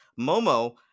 Momo